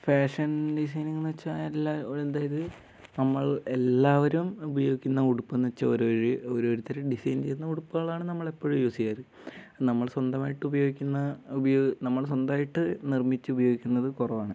fashion designing എന്ന് വെച്ചാൽ എല്ലാ അതായത് നമ്മൾ എല്ലാവരും ഉപയോഗിക്കുന്ന ഉടുപ്പെന്ന് വെച്ചാൽ ഓരോ ഓരോരുത്തർ ഡിസൈൻ ചെയ്യുന്ന ഉടുപ്പുകളാണ് നമ്മളെപ്പോഴും യൂസ് ചെയ്യാറ് നമ്മൾ സ്വന്തമായിട്ട് ഉപയോഗിക്കുന്നത് നമ്മൾ സ്വന്തമായിട്ട് നിർമ്മിച്ച് ഉപയോഗിക്കുന്നത് കുറവാണ്